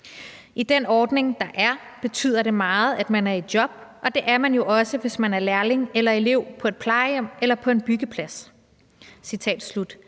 I den ordning der er, betyder det meget, at man er i job, og det er man jo også, hvis man er lærling eller elev på et plejehjem eller på en byggeplads«, synes